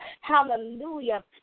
Hallelujah